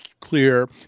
clear